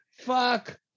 Fuck